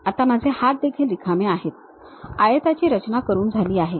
आता माझे हात देखील रिकामे आहेत आयताची रचना करून झाली आहे